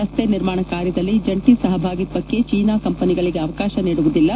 ರಸ್ತೆ ನಿರ್ಮಾಣ ಕಾರ್ಯದಲ್ಲಿ ಜಂಟಿ ಸಹಭಾಗಿತ್ವಕ್ಕೆ ಚೀನಾ ಕಂಪನಿಗಳಿಗೆ ಅವಕಾಶ ನೀಡುವುದಿಲ್ಲ